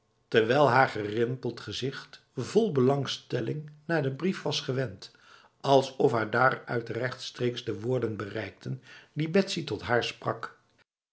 terwijl haar gerimpeld gezichtvol belangstelling naar de briefwas gewend alsof haar daaruit rechtstreeks de woorden bereikten die betsy tot haar sprak